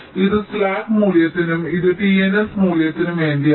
ഇത് സ്ലാക്ക് മൂല്യത്തിനും ഇത് TNS മൂല്യത്തിനും വേണ്ടിയാണ്